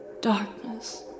Darkness